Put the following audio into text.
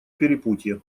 перепутье